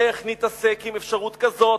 איך נתעסק עם אפשרות כזאת,